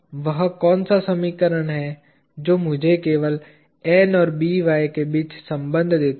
वह कौन सा समीकरण है जो मुझे केवल N और By के बीच संबंध देता है